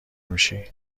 میشی